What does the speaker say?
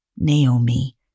Naomi